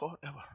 forever